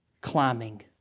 climbing